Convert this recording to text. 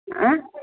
ಆಂ